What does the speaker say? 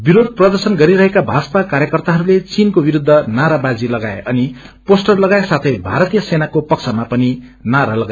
विरोध प्रर्दशन गरिरहेका भाजपा कार्यकर्ताहस्ते चीनको विसूद्ध नारावाजी लगाए अनि पोस्अर लगाए साथै भारतीय सेनाको पक्षामापनि नारा लगा